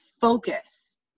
focus